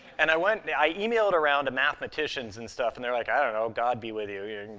and i went yeah i emailed around to mathematicians and stuff, and they're like, i don't know. god be with you.